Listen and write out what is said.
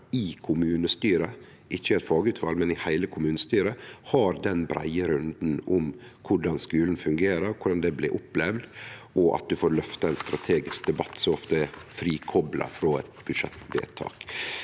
i kommunestyret – ikkje i eit fagutval, men i heile kommunestyret – har den breie runden om korleis skulen fungerer, korleis det blir opplevd, og at ein får løfta ein strategisk debatt slik at han er frikopla frå eit budsjettvedtak.